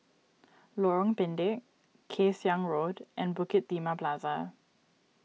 Lorong Pendek Kay Siang Road and Bukit Timah Plaza